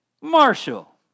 Marshall